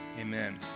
amen